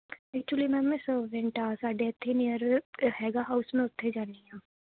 actually ma'am ਮੈਂ servant ਹਾਂ ਸਾਡੇ ਇੱਥੇ ਨੀਅਰ ਹੈਗਾ ਹਾਊਸ ਮੈਂ ਉੱਥੇ ਜਾਂਦੀ ਹਾਂ